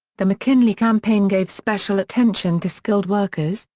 the mckinley campaign gave special attention to skilled workers,